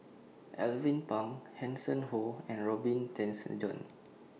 Alvin Pang Hanson Ho and Robin Tessensohn